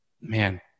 man